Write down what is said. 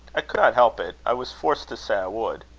i could not help it. i was forced to say i would.